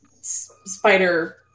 spider